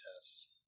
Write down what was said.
tests